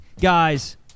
Guys